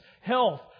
health